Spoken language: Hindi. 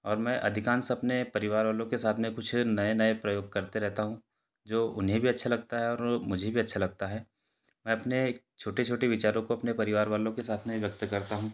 और मैं अधिकांश अपने परिवार वालों के साथ में कुछ नए नए प्रयोग करते रहता हूँ जो उन्हें भी अच्छा लगता है और मुझे भी अच्छा लगता है मैं अपने छोटे छोटे विचारों को अपने परिवार वालों के साथ में व्यक्त करता हूँ